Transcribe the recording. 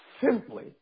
simply